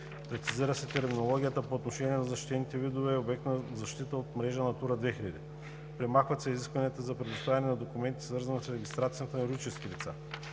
Прецизира се терминологията по отношение на защитените видове, обект на защита от мрежата „Натура 2000“. Премахват се изискванията за предоставяне на документи, свързани с регистрацията на юридически лица.